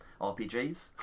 RPGs